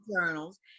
journals